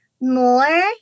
more